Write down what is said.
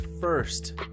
first